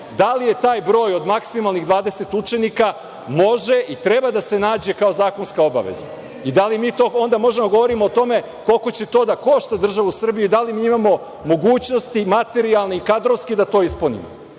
da li taj broj od maksimalnih 20 učenika može i treba da se nađe kao zakonska obaveza i da li mi onda možemo da govorimo o tome koliko će to da košta državu Srbiju i da li mi imamo mogućnosti, materijalne i kadrovske, da to ispunimo,